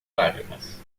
lágrimas